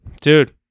dude